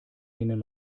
denen